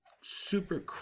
super